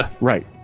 Right